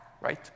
right